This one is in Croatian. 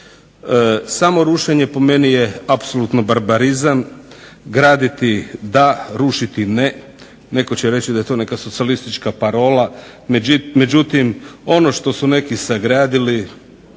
Samo rušenje po meni je apsolutno barbarizam, graditi da, rušiti ne. Netko će reći da je to neka socijalistička parola, međutim ono što su neki sagradili